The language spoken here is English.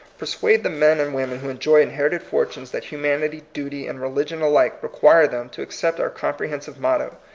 perauade the men and women who enjoy inherited fortunes that humanity, duty, and religion alike require them to accept our comprehensive motto,